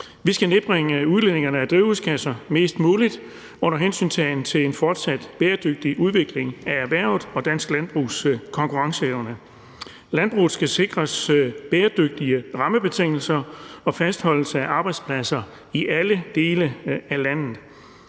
Vi skal nedbringe udledningen af drivhusgasser mest muligt under hensyntagen til en fortsat bæredygtig udvikling af erhvervet og dansk landbrugs konkurrenceevne. Landbruget skal sikres bæredygtige rammebetingelser og fastholdelse af arbejdspladser i alle dele af landet.